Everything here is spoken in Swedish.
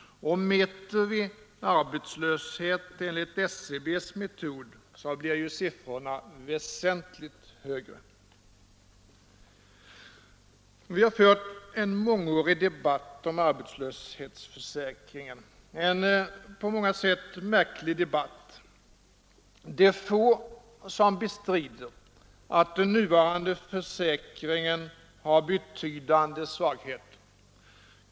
Om vi mäter arbetslösheten enligt SCB:s metod blir siffrorna väsentligt högre. Vi har fört en mångårig debatt om arbetslöshetsförsäkringen, en på många sätt märklig debatt. Det är få som bestrider att den nuvarande försäkringen har betydande svagheter.